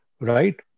right